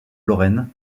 lorraine